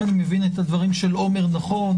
אם אני מבין את הדברים של עומר נכון,